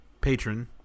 patron